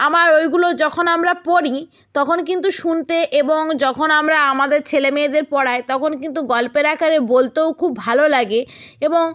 আমার ওইগুলো যখন আমরা পড়ি তখন কিন্তু শুনতে এবং যখন আমরা আমাদের ছেলে মেয়েদের পড়াই তখন কিন্তু গল্পের আকারে বলতেও খুব ভালো লাগে এবং